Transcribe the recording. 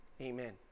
amen